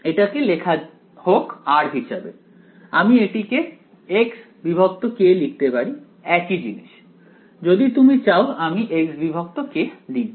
এটাকে লেখা হোক r হিসেবে আমি এটিকে xk লিখতে পারি একই জিনিস যদি তুমি চাও আমি xk লিখব